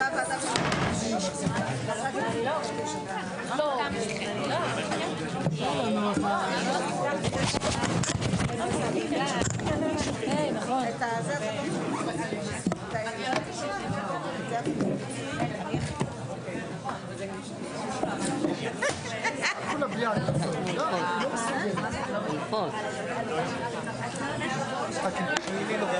בשעה 13:59.